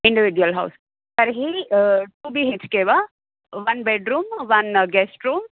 individual house तर्हि to be have के one bedroom one guest room